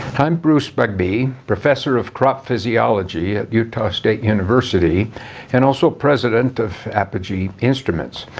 i'm bruce bugbee professor of crop physiology at utah state university and also president of apogee instruments.